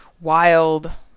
wild